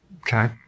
okay